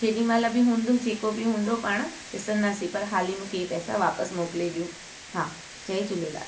जेॾीमहिल बि हूंदो जेको बि हूंदो पाण ॾिसंदासीं पर हाली मूंखे इहे पैसा वापसि मोकिले ॾियो हा जय झूलेलाल